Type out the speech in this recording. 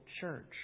church